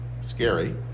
scary